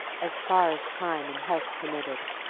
as far as time and health permitted,